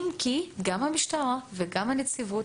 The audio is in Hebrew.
אם כי גם המשטרה וגם הנציבות,